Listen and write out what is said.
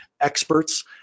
experts